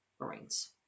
Marines